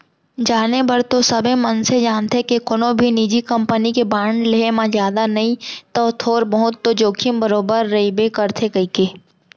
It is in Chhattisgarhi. जाने बर तो सबे मनसे जानथें के कोनो भी निजी कंपनी के बांड लेहे म जादा नई तौ थोर बहुत तो जोखिम बरोबर रइबे करथे कइके